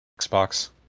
Xbox